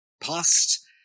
past